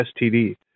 STD